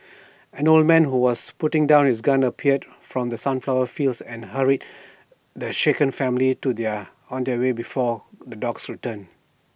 an old man who was putting down his gun appeared from the sunflower fields and hurried the shaken family to their on the way before the dogs return